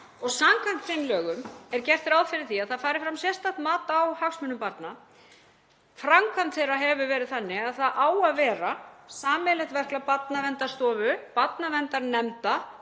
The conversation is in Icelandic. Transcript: Samkvæmt þeim lögum er gert ráð fyrir því að það fari fram sérstakt mat á hagsmunum barna. Framkvæmd þeirra hefur verið þannig að það á að vera sameiginlegt verklag Barnaverndarstofu, barnaverndarnefnda,